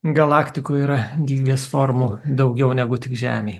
galaktikoj yra gvybės formų daugiau negu tik žemėj